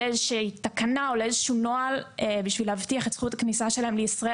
זאת לא אשרת חוזר אלא זאת אשרת כניסה חוזרת.